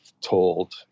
told